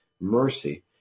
Mercy